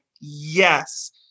yes